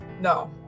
No